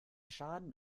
schaden